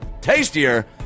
tastier